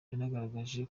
yanagaragaje